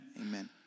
Amen